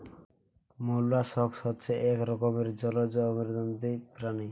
molluscs হচ্ছে এক রকমের জলজ অমেরুদন্ডী প্রাণী